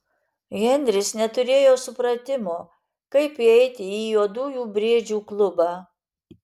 henris neturėjo supratimo kaip įeiti į juodųjų briedžių klubą